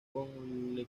concedió